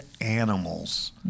animals